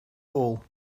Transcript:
all